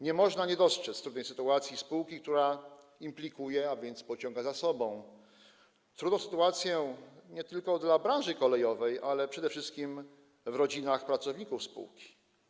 Nie można nie dostrzec trudnej sytuacji spółki, która implikuje - a więc pociąga za sobą - trudną sytuację nie tylko dla branży kolejowej, ale przede wszystkim w rodzinach pracowników spółki.